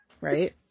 Right